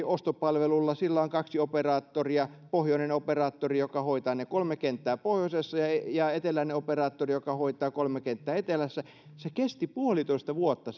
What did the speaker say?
ostopalvelulla sillä on kaksi operaattoria pohjoinen operaattori joka hoitaa ne kolme kenttää pohjoisessa ja eteläinen operaattori joka hoitaa kolme kenttää etelässä se kilpailutus kesti puolitoista vuotta